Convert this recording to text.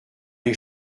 les